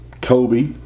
Kobe